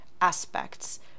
aspects